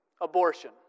abortion